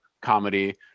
comedy